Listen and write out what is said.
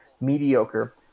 mediocre